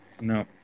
no